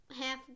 half